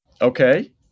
Okay